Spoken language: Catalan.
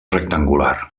rectangular